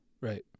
Right